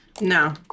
No